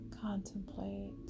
contemplate